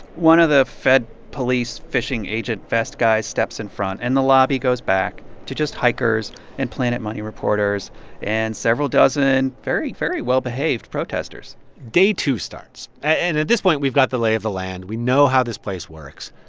one of the fed police fishing agent vest guys steps in front. and the lobby goes back to just hikers and planet money reporters and several dozen very, very well-behaved protesters day two starts. and at this point, we've got the lay of the land. we know how this place works.